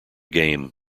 game